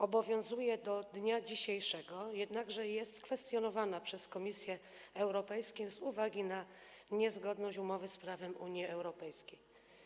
Obowiązuje do dnia dzisiejszego, jednakże jest kwestionowana przez Komisję Europejską z uwagi na niezgodność umowy z prawem Unii Europejskiej.